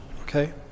okay